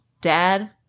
dad